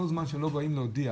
כל זמן שהם לא באים להודיע